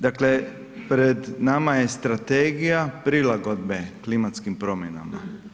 Dakle, pred nama je Strategija prilagodbe klimatskim promjena.